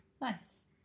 Nice